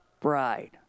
bride